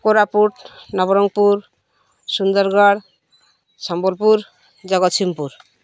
Koraput Nabarangpur Sundargarh Sambalpur Jagatsinghpur